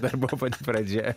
dar buvo pati pradžia